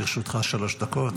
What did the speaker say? לרשותך שלוש דקות.